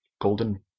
golden